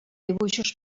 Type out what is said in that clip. dibuixos